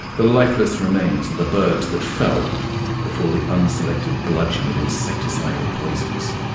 the lifeless remains of the birds that fell before the unselective bludgeon of insecticidal poisons?